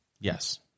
Yes